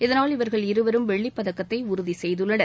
இதனால் இவர்கள் இருவரும் வெள்ளிப் பதக்கத்தை உறுதி செய்துள்ளனர்